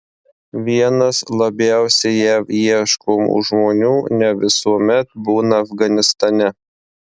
vienas labiausiai jav ieškomų žmonių ne visuomet būna afganistane